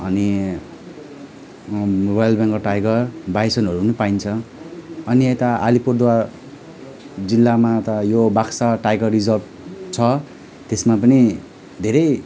अनि royal Bengal tiger बाइसनहरू पाइन्छ अनि यता आलिपुरद्वार जिल्लामा त यो बाक्सा टाइगर रिजर्भ छ त्यसमा पनि धेरै